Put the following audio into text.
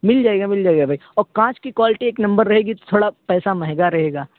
مل جائے گا مل جائے گا بھائی اور کانچ کی کوالٹی ایک نمبر رہے گی تو تھوڑا پیسہ مہنگا رہے گا